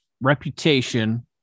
reputation